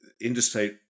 Interstate